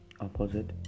opposite